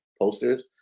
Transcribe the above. posters